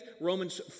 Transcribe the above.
Romans